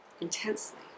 intensely